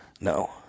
no